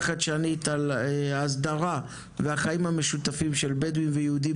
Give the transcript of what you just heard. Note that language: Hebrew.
חדשנית על ההסדרה והחיים המשותפים של בדואים ויהודים